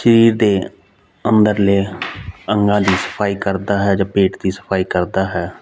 ਸਰੀਰ ਦੇ ਅੰਦਰਲੇ ਅੰਗਾਂ ਦੀ ਸਫਾਈ ਕਰਦਾ ਹੈ ਜਾਂ ਪੇਟ ਦੀ ਸਫਾਈ ਕਰਦਾ ਹੈ